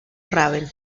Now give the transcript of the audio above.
raven